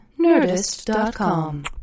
Nerdist.com